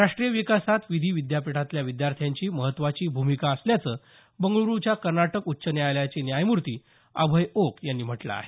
राष्ट्रीय विकासात विधी विद्यापीठातल्या विद्यार्थ्यांची महत्त्वाची भूमिका असल्याचं बंगळूरूच्या कर्नाटक उच्च न्यायालयाचे न्यायमूर्ती अभय ओक यांनी म्हटलं आहे